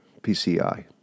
PCI